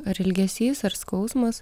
ar ilgesys ar skausmas